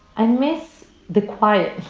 i miss the quiet.